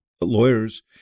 lawyers